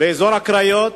באזור הקריות,